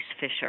Fisher